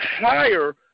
higher –